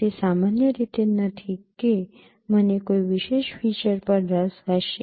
તે સામાન્ય રીતે નથી કે મને કોઈ વિશેષ ફીચર પર રસ હશે